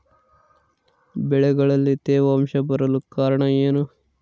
ಬೆಳೆಗಳಲ್ಲಿ ತೇವಾಂಶ ಬರಲು ಕಾರಣ ಏನು?